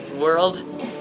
world